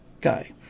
guy